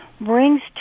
brings